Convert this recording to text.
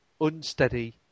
unsteady